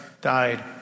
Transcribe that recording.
died